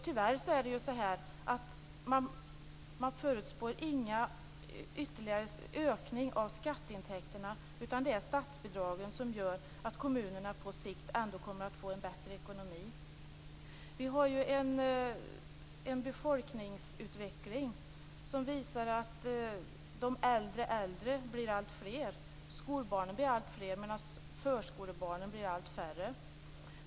Tyvärr förutspår man ingen ytterligare ökning av skatteintäkterna, utan det är statsbidragen som gör att kommunerna på sikt kommer att få en bättre ekonomi.